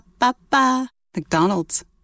McDonald's